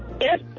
Yes